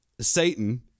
Satan